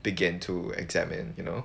began to examine you know